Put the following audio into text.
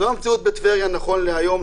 זו המציאות בטבריה נכון להיום,